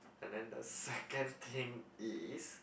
and then the second thing is